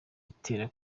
itera